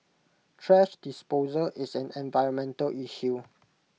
thrash disposal is an environmental issue